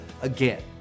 again